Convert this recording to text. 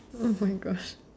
!oh-my-gosh!